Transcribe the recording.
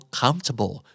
comfortable